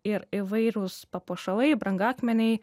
ir įvairūs papuošalai brangakmeniai